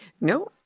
No